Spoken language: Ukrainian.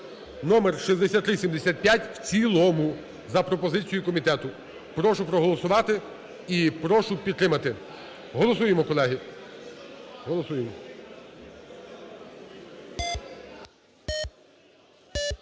(№ 6375) в цілому, за пропозицією комітету. Прошу проголосувати і прошу підтримати. Голосуємо, колеги, голосуємо.